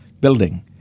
Building